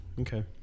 Okay